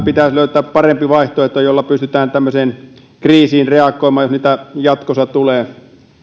pitäisi löytää parempi vaihtoehto jolla pystytään tämmöiseen kriisiin reagoimaan jos niitä jatkossa tulee